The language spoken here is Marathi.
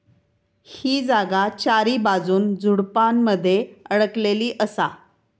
ही जागा चारीबाजून झुडपानमध्ये अडकलेली असा